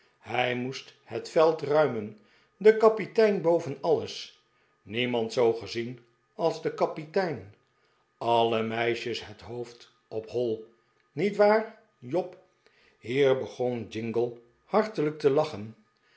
hij moest het veld ruimen de kapitein boven alles niemand zoo gezien als de kapitein alle meisjes het hoofd op hoi niet waar job hier begon jingle hartelijk te lachen